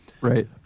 Right